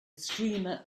streamer